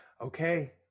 Okay